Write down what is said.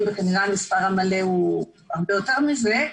וכנראה המספר המלא הוא הרבה יותר מזה.